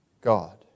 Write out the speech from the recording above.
God